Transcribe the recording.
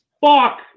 Fuck